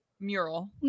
Mural